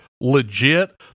legit